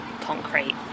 concrete